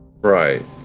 right